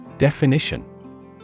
Definition